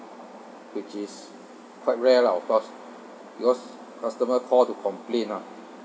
which is quite rare lah of course because customer call to complain ah